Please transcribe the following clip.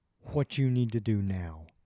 what-you-need-to-do-now